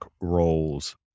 roles